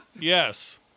Yes